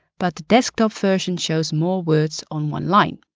but the desktop version shows more words on one line.